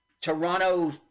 Toronto